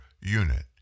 unit